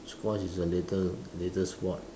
squat is the later latest squat